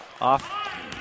off